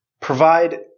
provide